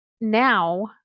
now